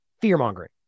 fear-mongering